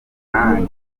nanjye